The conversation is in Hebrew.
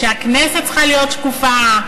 שהכנסת צריכה להיות שקופה,